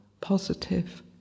positive